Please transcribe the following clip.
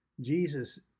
Jesus